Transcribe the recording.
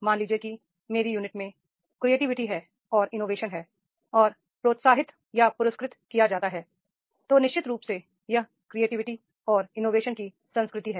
मान लीजिए कि मेरी यूनिट में क्रिएटिविटी है और इनोवेशन है और प्रोत्साहित या पुरस्कृत किया गया जाता है तो निश्चित रूप से यह क्रिएटिविटी और इनोवेशन की संस्कृति है